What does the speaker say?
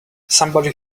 somebody